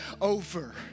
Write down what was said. over